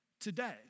today